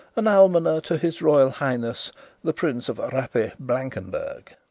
and almoner to his royal highness the prince of rappe-blankenburg.